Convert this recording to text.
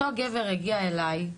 אותו גבר הגיע אלי,